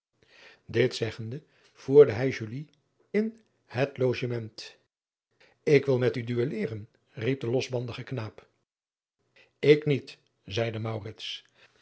it zeggende voerde hij in het ogement k wil met u duelleren riep de losbandige knaap k niet zeide